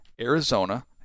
Arizona